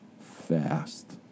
fast